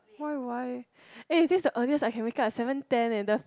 why would I eh this is the earliest I can wake up at seven ten eh the